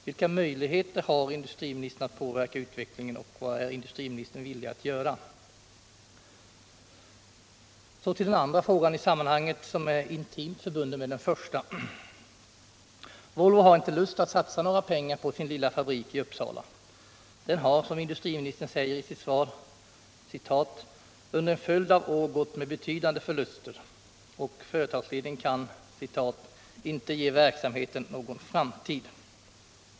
Vilka möjligheter har industriministern att påverka utvecklingen och vad är industriministern villig att göra? Så till den andra frågan i sammanhanget som är intimt förbunden med den första. Volvo har inte lust att satsa några pengar på sin lilla fabrik i Uppsala. Den har, som industriministern säger i sitt svar, ”under en följd av år gått med betydande förluster -—--" och företagsledningen kan inte ”ge verksamheten någon framtid”.